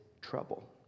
trouble